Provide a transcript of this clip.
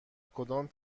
کدام